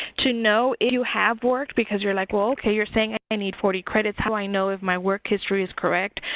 to know you have worked because you're like, well okay, you're saying i need forty credits. how do i know if my work history is correct?